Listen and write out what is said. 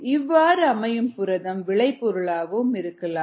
இவ்வாறு அமையும் புரதம் விளை பொருளாக இருக்கலாம்